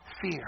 fear